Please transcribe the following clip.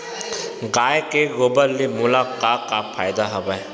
गाय के गोबर ले मोला का का फ़ायदा हवय?